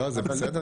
לא, זה בסדר גמור.